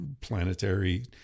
planetary